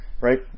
right